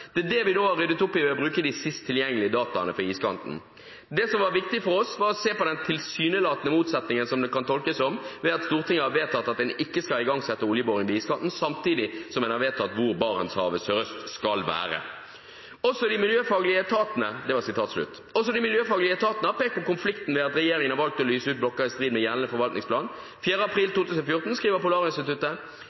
Det er det vi nå har ryddet opp i ved å bruke de siste tilgjengelige dataene for iskanten.» Hun sa også: «Det som var viktig for oss, var å se på den tilsynelatende motsetningen, som det kan tolkes som, ved at Stortinget har vedtatt at en ikke skal igangsette oljeboring ved iskanten samtidig som en har vedtatt hvor Barentshavet sørøst skal være.» Også de miljøfaglige etatene har pekt på konflikten ved at regjeringen har valgt å lyse ut blokker i strid med gjeldende forvaltningsplan. Den 4. april 2014 skriver Polarinstituttet: